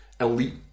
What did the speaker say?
elite